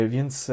Więc